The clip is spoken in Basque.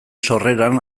sorreran